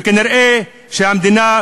וכנראה המדינה,